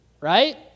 Right